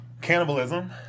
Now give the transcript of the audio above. cannibalism